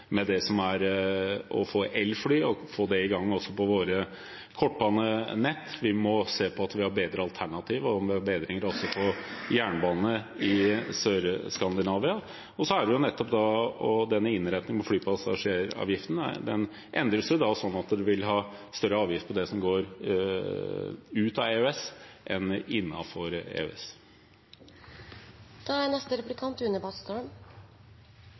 med elfly og få det i gang på våre kortbanenett. Vi må se på bedre alternativer og bli bedre på jernbane i Sør-Skandinavia. Og innretningen på flypassasjeravgiften endres da slik at det vil bli større avgifter på flyvninger ut av EØS enn